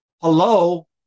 hello